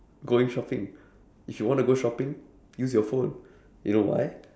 going shopping if you wanna go shopping use your phone you know why